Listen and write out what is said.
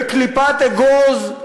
בקליפת אגוז.